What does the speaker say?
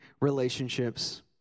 relationships